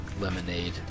Lemonade